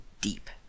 deep